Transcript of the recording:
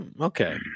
Okay